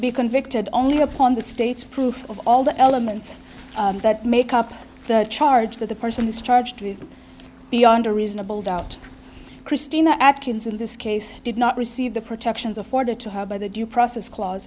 be convicted only upon the state's proof of all the elements that make up the charge that the person is charged with beyond a reasonable doubt christina actions in this case did not receive the protections afforded to her by the due process clause